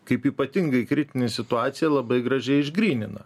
kaip ypatingai kritinė situacija labai gražiai išgrynina